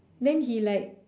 then he like